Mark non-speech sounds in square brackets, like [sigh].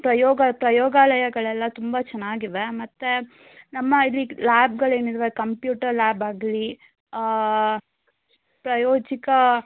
ಪ್ರಯೋಗ ಪ್ರಯೋಗಾಲಯಗಳೆಲ್ಲ ತುಂಬ ಚೆನ್ನಾಗಿವೆ ಮತ್ತು ನಮ್ಮ [unintelligible] ಲ್ಯಾಬ್ಗಳು ಏನಿದಾವೆ ಕಂಪ್ಯೂಟರ್ ಲ್ಯಾಬ್ ಆಗಲಿ ಪ್ರಾಯೋಜಿಕ